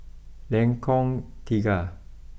Lengkong Tiga